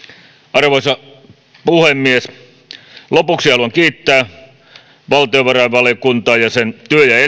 arvoisa puhemies lopuksi haluan kiittää valtiovarainvaliokuntaa ja sen työ ja